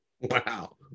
Wow